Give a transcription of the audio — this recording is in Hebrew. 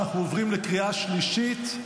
אנחנו עוברים לקריאה שלישית,